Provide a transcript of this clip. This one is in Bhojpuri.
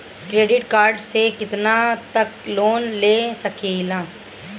क्रेडिट कार्ड से कितना तक लोन ले सकईल?